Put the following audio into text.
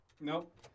Nope